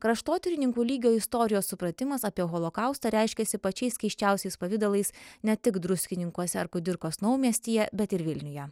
kraštotyrininkų lygio istorijos supratimas apie holokaustą reiškiasi pačiais keisčiausiais pavidalais ne tik druskininkuose ar kudirkos naumiestyje bet ir vilniuje